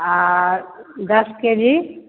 दस के जी